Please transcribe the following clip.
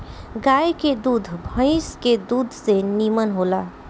गाय के दूध भइस के दूध से निमन होला